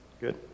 Good